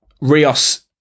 Rios